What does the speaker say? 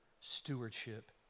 stewardship